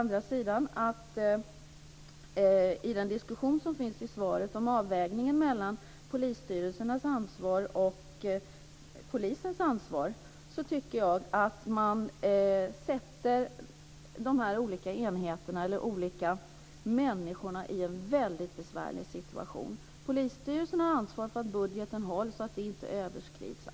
I svaret diskuteras avvägningen mellan polisstyrelsernas ansvar och polisens ansvar. Men jag tycker att man sätter dessa olika människor i en mycket besvärlig situation. Polisstyrelsen har ansvar för att budgeten hålls och att den inte överskrids.